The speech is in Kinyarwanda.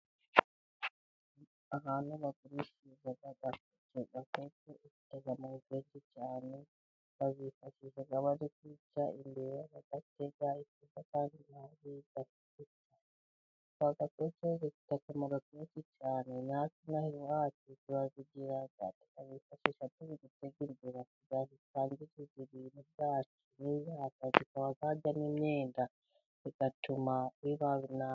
Ahantu bagurishiriza gakosho, gakosho ifite akamaro kenshi cyane, bazifashisha bari kwica imbeba, bagatega imbeba zaza zigafatwa, za gakosho zifite akamaro kenshi cyane, natwe inaha iwacu tugira gakosho twifashisha turi gutega imbeba, kugira ngo zitangiriza ibintu byacu, zikaba zarya n'imyenda, zigatuma biba nabi.